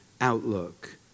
outlook